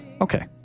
Okay